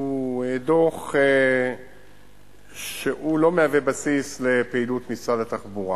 דוח שלא מהווה בסיס לפעילות משרד התחבורה.